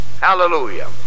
hallelujah